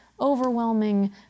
overwhelming